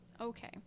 Okay